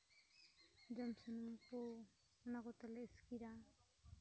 ᱡᱚᱢ ᱥᱩᱱᱩᱢ ᱛᱮ ᱚᱱᱟ ᱠᱚᱛᱮ ᱞᱮ ᱤᱥᱠᱤᱨᱟ